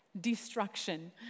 destruction